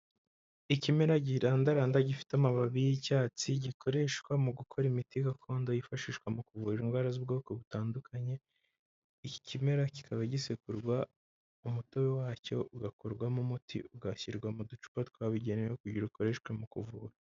Ikimera kirandaranda gifite amababi y'icyatsi gikoreshwa mu gukora imiti gakondo yifashishwa mu kuvura indwara z'ubwoko butandukanye. Iki kimera kikaba gisekurwa umutobe wacyo ugakorwarwamo umuti ugashyirwa mu ducupa twabugenewe kugira ukoreshwe mu kuvura.